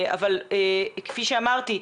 כפי שאמרתי,